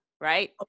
right